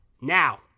Now